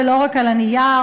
ולא רק על הנייר.